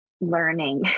learning